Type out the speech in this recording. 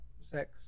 sex